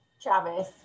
Travis